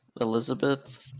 Elizabeth